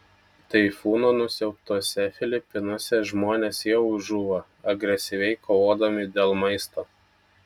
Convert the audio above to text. taifūno nusiaubtuose filipinuose žmonės jau žūva agresyviai kovodami dėl maisto